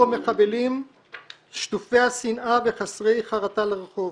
המחבלים שטופי השנאה וחסרי החרטה לרחוב.